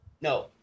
No